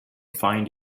find